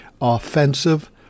offensive